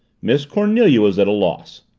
miss cornelia was at a loss.